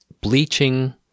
bleaching